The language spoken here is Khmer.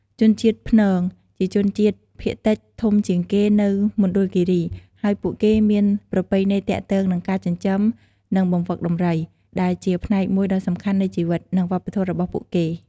ជនជាតិព្នង ជាជនជាតិភាគតិចធំជាងគេនៅមណ្ឌលគិរី ហើយពួកគេមានប្រពៃណីទាក់ទងនឹងការចិញ្ចឹម និងបង្វឹកដំរី ដែលជាផ្នែកមួយដ៏សំខាន់នៃជីវិត និងវប្បធម៌របស់ពួកគេ។